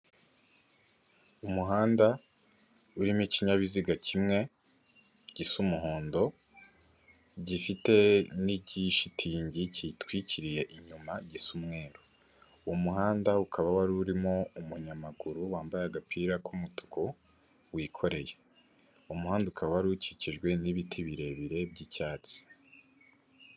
Umuhanda urimo ikinyabiziga kimwe gisa umuhondo, gifite n'igishitingi kiyitwikiriye inyuma gisa umweru, uwo muhanda ukaba wari urimo umunyamaguru wambaye agapira k'umutuku wikoreye, umuhanda ukaba wari ukikijwe n'ibiti birebire by'icyatsi.